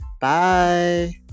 Bye